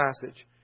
passage